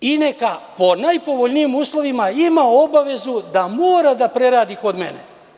I neka po najpovoljnijim uslovima ima obavezu da mora da preradi kod mene.